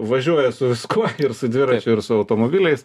važiuoja su viskuo ir su dviračiu ir su automobiliais